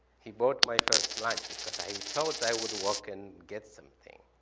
he bought my first lunch because i thought i would walk and get something.